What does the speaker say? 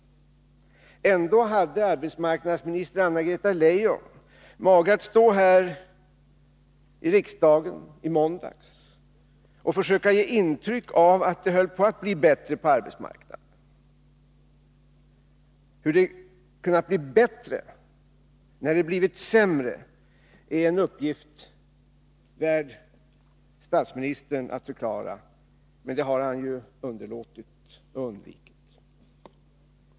Ändå hade arbetsmarknadsminister Anna-Greta Leijon mage att stå här i riksdagen i måndags och försöka ge intryck av att det höll på att bli bättre på arbetsmarknaden. Hur det kunnat bli bättre när det blivit sämre är en uppgift värd statsministern att förklara — men det har han ju underlåtit och undvikit.